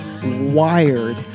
wired